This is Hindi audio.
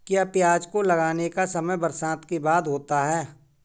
क्या प्याज को लगाने का समय बरसात के बाद होता है?